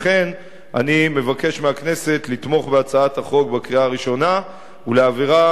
לכן אני מבקש מהכנסת לתמוך בהצעת החוק בקריאה הראשונה ולהעבירה